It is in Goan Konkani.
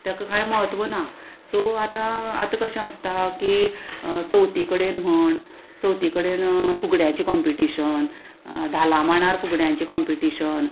तेका कांय म्हत्व ना सो आतां आतां कशें आसता की चवथी कडेन म्हण चवथी कडेन फुगड्यांचें कोम्पिटिशन धालामांडार फुगड्यांचें कोंपिटिशन